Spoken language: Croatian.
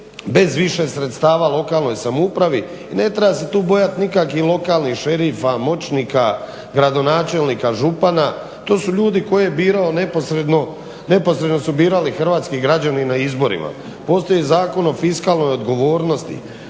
bez više sredstava lokalnoj samoupravi i ne treba se tu bojati nikakvih lokalnih šerifa, moćnika, gradonačelnika, župana. To su ljudi koje je birao neposredno su birali hrvatski građani na izborima. Postoji Zakon o fiskalnoj odgovornosti,